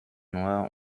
nur